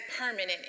permanent